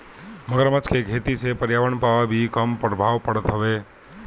मगरमच्छ के खेती से पर्यावरण पअ भी कम प्रभाव पड़त हवे